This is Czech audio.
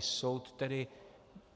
Soud tedy